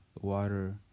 water